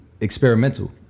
experimental